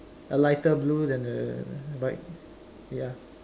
a lighter blue than the bike ya